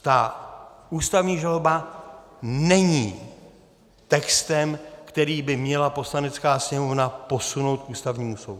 Ta ústavní žaloba není textem, který by měla Poslanecká sněmovna posunout k Ústavnímu soudu.